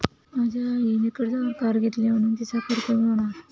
माझ्या आईने कर्जावर कार घेतली म्हणुन तिचा कर कमी होणार